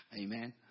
Amen